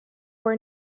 were